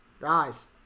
guys